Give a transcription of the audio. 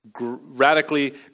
radically